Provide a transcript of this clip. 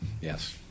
Yes